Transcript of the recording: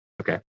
okay